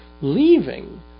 leaving